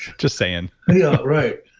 just saying yeah, right.